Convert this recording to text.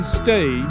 stay